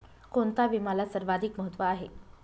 कोणता विम्याला सर्वाधिक महत्व आहे?